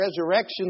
resurrection